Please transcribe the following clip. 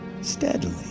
steadily